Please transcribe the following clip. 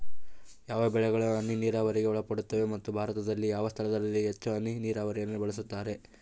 ಯಾವ ಬೆಳೆಗಳು ಹನಿ ನೇರಾವರಿಗೆ ಒಳಪಡುತ್ತವೆ ಮತ್ತು ಭಾರತದಲ್ಲಿ ಯಾವ ಸ್ಥಳದಲ್ಲಿ ಹೆಚ್ಚು ಹನಿ ನೇರಾವರಿಯನ್ನು ಬಳಸುತ್ತಾರೆ?